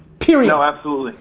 period. no, absolutely,